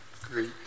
Great